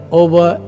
over